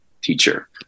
teacher